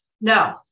No